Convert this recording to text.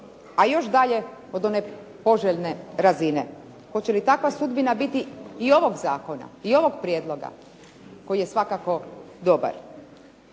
a još dalje od one poželjne razine. Hoće li takva sudbina biti i ovog zakona i ovog prijedloga koji je svakako dobar.